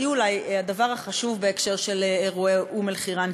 והיא אולי הדבר החשוב בהקשר של אירועי אום-אלחיראן,